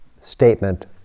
statement